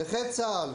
- נכי צה"ל,